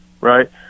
right